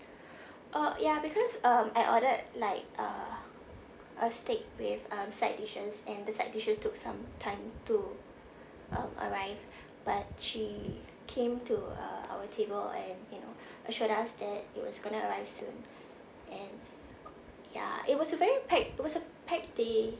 uh ya because um I ordered like a a steak with um side dishes and the side dishes took some time to um arrive right but she came to uh our table and you know assured us that it was going to arrive soon and ya it was a very packed it was a packed day